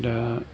दा